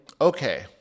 okay